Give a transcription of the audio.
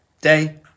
day